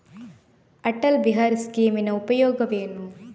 ಅಟಲ್ ಬಿಹಾರಿ ಸ್ಕೀಮಿನ ಉಪಯೋಗವೇನು?